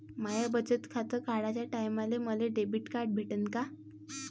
माय बचत खातं काढाच्या टायमाले मले डेबिट कार्ड भेटन का?